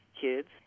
kids